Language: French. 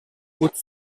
haute